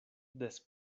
des